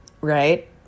Right